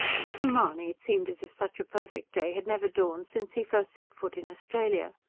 but to mahony it seemed as if such a perfect day had never dawned since he first set foot in australia.